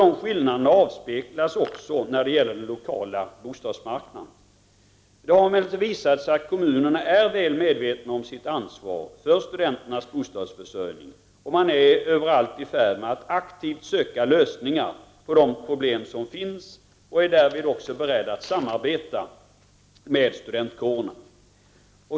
De skillnaderna avspeglas också i den lokala bostadsmarknaden. Det har emellertid visat sig att kommunerna är väl medvetna om sitt ansvar för studenternas bostadsförsörjning. Man är överallt i färd med att aktivt söka lösningar på de problem som finns och är därvid också beredd att samarbeta med studentkårerna.